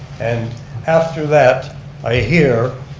and after that i hear